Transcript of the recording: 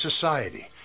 society